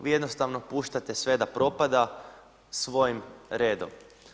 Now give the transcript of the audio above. Vi jednostavno puštate sve da propada svojim redom.